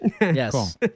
Yes